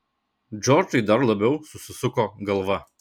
džordžai dar labiau susisuko galva